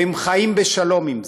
והם חיים בשלום עם זה.